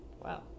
wow